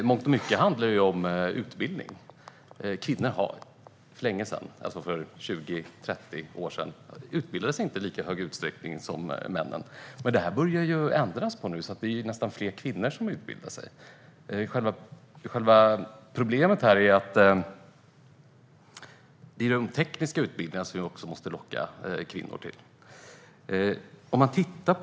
I mångt och mycket handlar det om utbildning. För 20-30 år sedan utbildade sig kvinnor inte i lika hög utsträckning som män. Men det här börjar ändras, så det är nu nästan fler kvinnor som utbildar sig. Problemet är att vi också måste locka kvinnor till de tekniska utbildningarna.